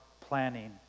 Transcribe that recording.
planning